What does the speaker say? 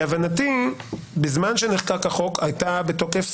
להבנתי בזמן שנחקק החוק הייתה בתוקף